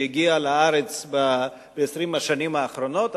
שהגיע לארץ במשך 20 השנים האחרונות.